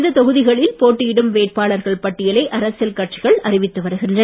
இந்த தொகுதிகளில் போட்டியிடும் வேட்பாளர் பட்டியலை அரசியல் கட்சிகள் அறிவித்து வருகின்றன